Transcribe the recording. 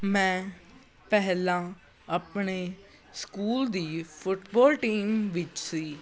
ਮੈਂ ਪਹਿਲਾਂ ਆਪਣੇ ਸਕੂਲ ਦੀ ਫੁੱਟਬਾਲ ਟੀਮ ਵਿੱਚ ਸੀ